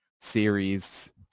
series